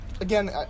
again